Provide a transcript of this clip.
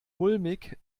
mulmig